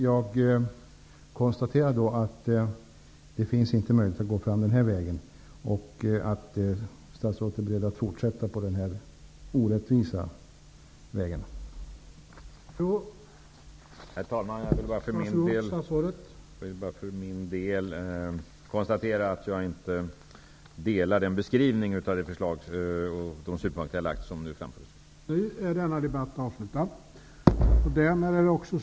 Jag konstaterar då att det inte finns någon möjlighet att gå fram den här vägen och att statsrådet är beredd att fortsätta på den orättvisa vägen.